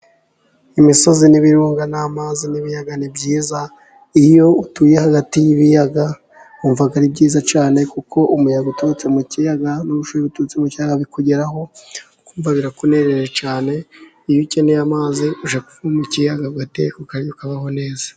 Imisozi, n'ibirunga, n'amazi, n'ibiyaga, ni byiza. Iyo utuye hagati y'ibiyaga wumva ari byiza cyane, kuko umuyaga uturutse mu kiyaga n'ubushyuhe biturutse mu kiyaga, bikugeraho, ukumva birakunejeje cyane, iyo ukeneye amazi ujya kuvoma mu kiyaga, ugateka ukarya, ukabaho neza.